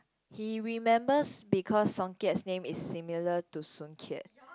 he remembers because song Song-Kiat name is similar to Soon-Kiat